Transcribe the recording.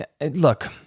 Look